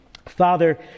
Father